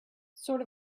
sort